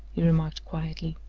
he remarked quietly.